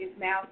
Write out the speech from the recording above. now